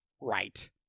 Right